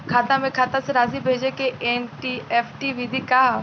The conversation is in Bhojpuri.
खाता से खाता में राशि भेजे के एन.ई.एफ.टी विधि का ह?